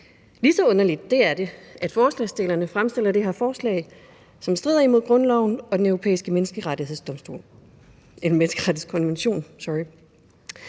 Lige så underligt er det, at forslagsstillerne fremsætter det her forslag, som strider imod grundloven og den europæiske menneskerettighedskonvention. Der